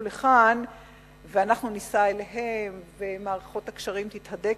לכאן ואנחנו ניסע אליהם ומערכות הקשרים תתהדקנה,